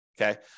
okay